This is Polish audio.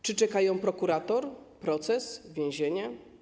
Czy czeka je prokurator, proces, więzienie?